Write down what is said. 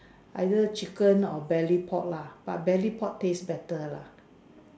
either chicken or Belly pork lah but Belly pork taste better lah